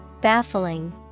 Baffling